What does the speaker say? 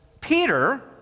Peter